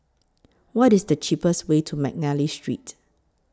What IS The cheapest Way to Mcnally Street